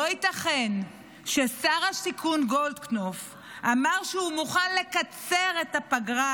לא ייתכן ששר השיכון גולדקנופ אמר שהוא מוכן לקצר את הפגרה,